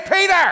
Peter